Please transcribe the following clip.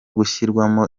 gushyirwamo